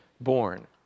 born